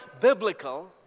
biblical